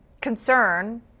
concern